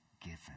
given